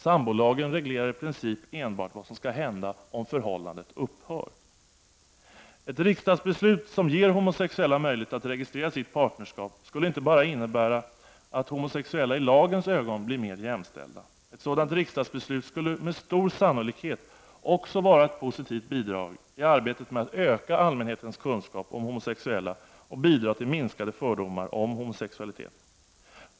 Sambolagen reglerar i princip enbart vad som skall hända om förhållandet upphör. Ett riksdagsbeslut som ger homosexuella möjlighet att registrera sitt partnerskap skulle inte bara innebära att homosexuella i lagens ögon blir mer jämställda. Ett sådant riksdagsbeslut skulle med stor sannolikhet också vara ett positivt bidrag i arbetet med att öka allmänhetens kunskap om homosexuella och bidra till minskade fördomar om homosexualitet.